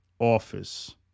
office